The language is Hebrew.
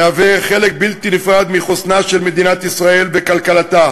המהווה חלק בלתי נפרד מחוסנה של מדינת ישראל וכלכלתה